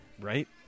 Right